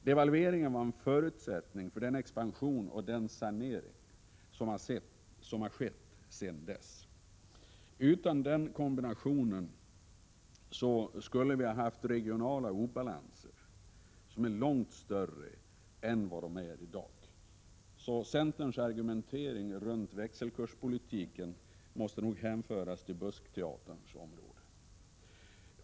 Devalveringen var en förutsättning för den expansion och den sanering av vår ekonomi som skett sedan dess. Utan den kombinationen skulle vi ha haft regionala obalanser, som varit långt större än vad de är i dag. Centerns argumentering runt växelkurspolitiken måste därför hänföras till buskteaterns område.